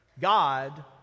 God